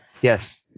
Yes